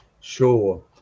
Sure